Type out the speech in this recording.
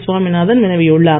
சுவாமிநாதன் வினவியுள்ளார்